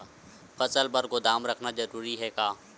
फसल बर गोदाम रखना जरूरी हे का?